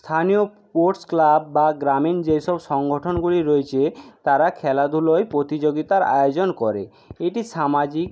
স্থানীয় sports club বা গ্রামীণ যেসব সংগঠনগুলি রয়েছে তারা খেলাধুলোয় প্রতিযোগিতার আয়োজন করে এটি সামাজিক